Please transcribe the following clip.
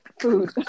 Food